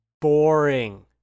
boring